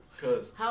Cause